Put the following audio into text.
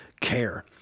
care